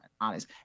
honest